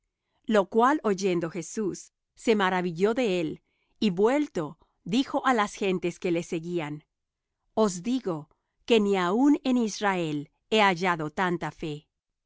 lo cual oyendo jesús se maravilló de él y vuelto dijo á las gentes que le seguían os digo que ni aun en israel he hallado tanta fe